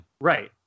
right